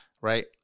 right